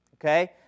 Okay